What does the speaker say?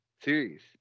series